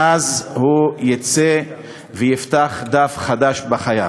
ואז הוא יצא ויפתח דף חדש בחייו.